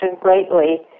greatly